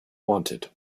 wanted